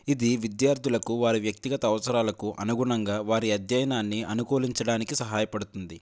ఇది విద్యార్థులకు వారి వ్యక్తిగత అవసరాలకు అనుగుణంగా వారి అధ్యయనాన్ని అనుకూలించడానికి సహాయపడుతుంది